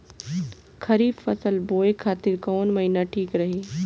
खरिफ फसल बोए खातिर कवन महीना ठीक रही?